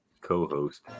co-host